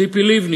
ציפי לבני,